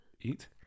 Eat